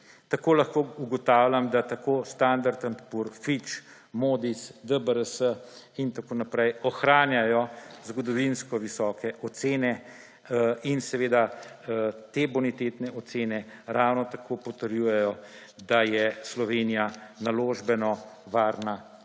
Tako lahko ugotavljam, da tako Standard&Poor's, Fitch, Moody´s, DBRS in tako naprej ohranjajo zgodovinsko visoke ocene in te bonitetne ocene ravno tako potrjujejo, da je Slovenija naložbeno varna